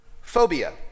phobia